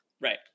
right